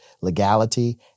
legality